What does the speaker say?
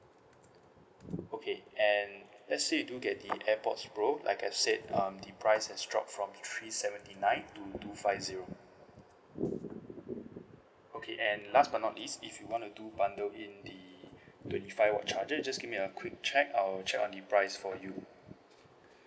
okay and let's say you do get the airpods pro like I said um the price has drop from three seventy nine to two five zero okay and last but not least if you want to do bundle in the twenty five watt charger just give me a quick check I'll check on the price for you